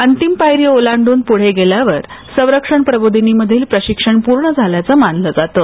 अंतिम पायरी ओलांडून पुढे गेल्यावर संरक्षण प्रबोधिनी मधील प्रशिक्षण पूर्ण झाल्याचं मानलं जातं